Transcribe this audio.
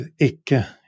ikke